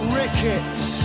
rickets